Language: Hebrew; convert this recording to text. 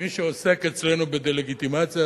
מי שעוסק אצלנו בדה-לגיטימציה,